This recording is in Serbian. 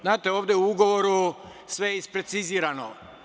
Znate, ovde u ugovoru sve je isprecizirano.